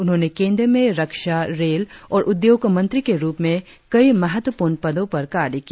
उन्होंने केंद्र में रक्षा रेल और उद्योग मंत्री के रुप में कई महत्वपूर्ण पदो पर कार्य किया